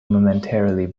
momentarily